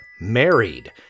married